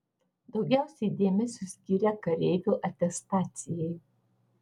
daugiausiai dėmesio skyrė kareivių atestacijai